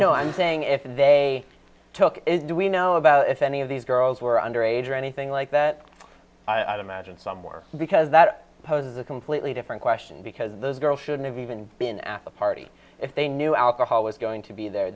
no i'm saying if they took it do we know about it if any of these girls were under age or anything like that i'd imagine somewhere because that poses a completely different question because those girls shouldn't have even been at the party if they knew alcohol was going to be there